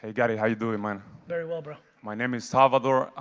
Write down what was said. ah gary, how you doing, man? very well, bro. my name is salvador.